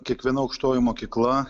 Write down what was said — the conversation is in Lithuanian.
kiekviena aukštoji mokykla